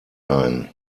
ein